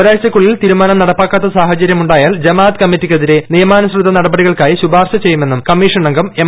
ഒരാഴ്ചയ്ക്കുള്ളിൽ തീരുമാനം നടപ്പാക്കാത്ത സാഹചര്യമുണ്ടായാൽ ജമാ അത്ത് കമ്മിറ്റിക്കെതിരെ നിയമാനുസൃത നടപടികൾക്കായി ശുപാർശ ചെയ്യുമെന്നും കമ്മീഷനംഗം എം